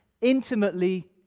intimately